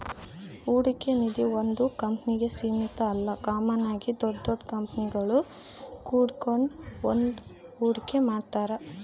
ಹೂಡಿಕೆ ನಿಧೀ ಒಂದು ಕಂಪ್ನಿಗೆ ಸೀಮಿತ ಅಲ್ಲ ಕಾಮನ್ ಆಗಿ ದೊಡ್ ದೊಡ್ ಕಂಪನಿಗುಳು ಕೂಡಿಕೆಂಡ್ ಬಂದು ಹೂಡಿಕೆ ಮಾಡ್ತಾರ